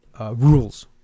rules